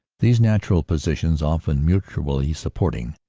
these natural posi tions, often mutually supporting,